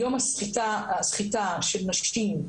היום הסחיטה של נשים,